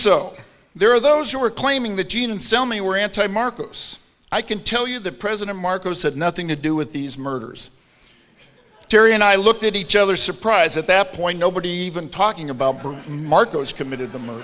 so there are those who are claiming the gene and so many were anti marcos i can tell you that president marcos had nothing to do with these murders terry and i looked at each other surprise at that point nobody even talking about markos committed the murder